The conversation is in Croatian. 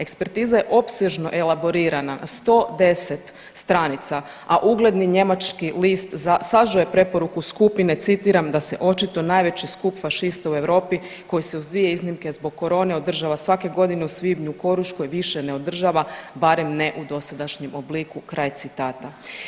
Ekspertiza je opsežno elaborirana na 110 stranica, a ugledni njemački list sažeo je preporuku skupine, citiram, da se očito najveći skup fašista u Europi koji se uz dvije iznimke, zbog korone, održava svake godine u svibnju u Koruškoj više ne održava, barem ne u dosadašnjem obliku, kraj citata.